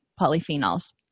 polyphenols